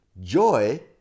Joy